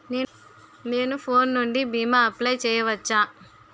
నేను ఫోన్ నుండి భీమా అప్లయ్ చేయవచ్చా?